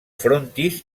frontis